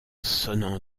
sonnant